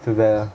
too bad lah